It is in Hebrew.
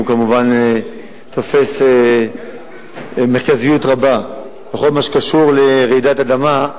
בחלק מהדברים הוא כמובן תופס מרכזיות רבה בכל הקשור לרעידות אדמה.